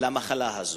למחלה הזאת,